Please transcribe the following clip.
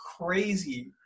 crazy